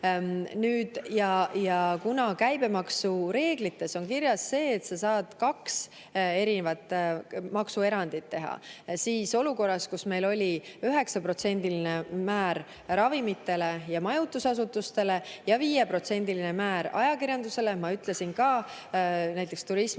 Ja kuna käibemaksureeglites on kirjas see, et sa saad kaks erinevat maksuerandit teha, siis olukorras, kus meil oli 9%‑line määr ravimitele ja majutusasutustele ja 5%‑line määr ajakirjandusele, ma ütlesin ka näiteks